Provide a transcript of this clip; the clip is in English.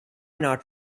not